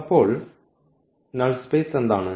അപ്പോൾ null space എന്താണ്